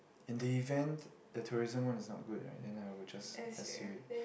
in the event the tourism one is not good right then I will just S_U it